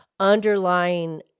underlying